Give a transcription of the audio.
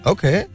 Okay